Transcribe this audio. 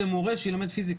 שילמד פיזיקה?